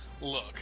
Look